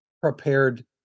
prepared